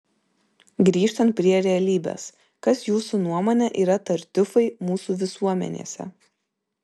grįžtant prie realybės kas jūsų nuomone yra tartiufai mūsų visuomenėse